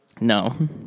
No